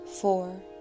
four